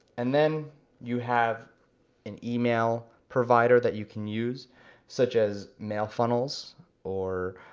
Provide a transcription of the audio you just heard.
and then you have an email provider that you can use such as mailfunnels or